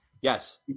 Yes